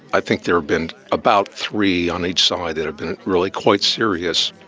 i think there have been about three on each side that have been really quite serious,